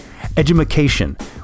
edumacation